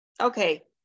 Okay